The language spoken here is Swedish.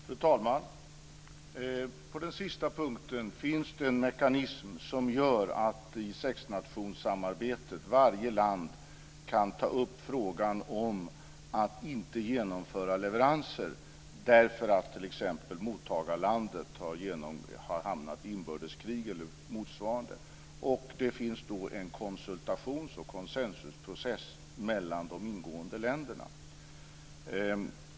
Fru talman! På den sista punkten kan jag säga att det finns en mekanism i sexnationssamarbetet som gör att varje land kan ta upp att man inte vill genomföra leveranser, t.ex. därför att mottagarlandet har hamnat i inbördeskrig eller motsvarande. Då inleds alltså en konsultations och konsensusprocess mellan de ingående länderna.